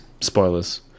Spoilers